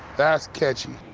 that's catchy.